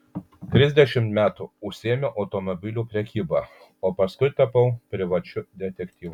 trisdešimt metų užsiėmiau automobilių prekyba o paskui tapau privačiu detektyvu